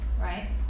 right